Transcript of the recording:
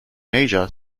asia